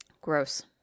Gross